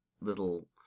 little